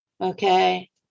Okay